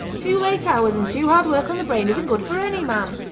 too late hours and too hard work on the brain isn't good for any man!